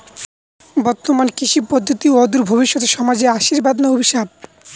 বর্তমান কৃষি পদ্ধতি অদূর ভবিষ্যতে সমাজে আশীর্বাদ না অভিশাপ?